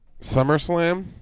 SummerSlam